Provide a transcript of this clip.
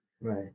Right